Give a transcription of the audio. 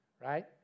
right